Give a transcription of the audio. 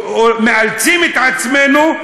מאלצים את עצמנו,